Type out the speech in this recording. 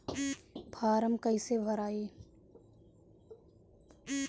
Form कईसे भराई?